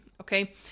Okay